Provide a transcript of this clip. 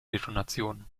detonation